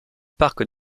parc